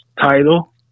title